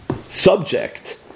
subject